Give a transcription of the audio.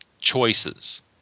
choices